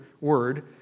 word